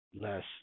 less